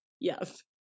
Yes